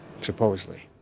supposedly